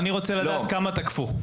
אני רוצה לדעת כמה תקפו.